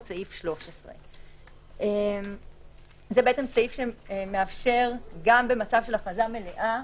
לפי סעיף 13". זה סעיף שמאפשר גם במצב של הכרזה מלאה